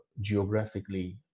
geographically